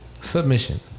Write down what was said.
submission